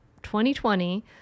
2020